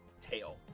tail